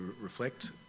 reflect